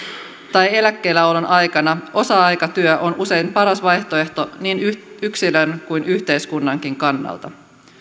tai eläkkeelläolon aikana osa aikatyö on usein paras vaihtoehto niin yksilön kuin yhteiskunnankin kannalta